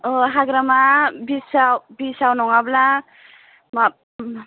औ हाग्रामा ब्रिड्जआव ब्रिड्जआव नङाब्ला मा